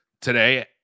today